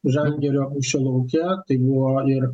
žalgirio mūšio lauke tai buvo ir